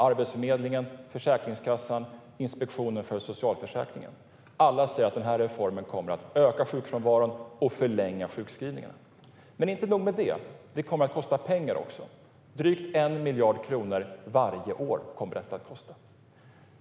Arbetsförmedlingen, Försäkringskassan och Inspektionen för socialförsäkringen - alla säger att den här reformen kommer att öka sjukfrånvaron och förlänga sjukskrivningarna. Men inte nog med det - den kommer att kosta pengar också. Drygt 1 miljard kronor varje år kommer detta att kosta.